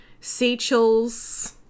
Seychelles